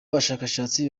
bashakashatsi